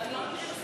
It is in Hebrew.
להפלות,